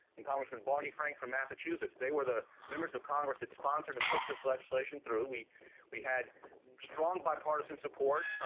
and congressman barney frank from massachusetts. they were the members of congress that sponsored and pushed this legislation through. we we had strong bipartisan support.